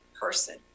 person